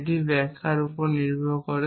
এটি ব্যাখ্যার উপর নির্ভর করে